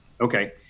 Okay